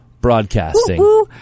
broadcasting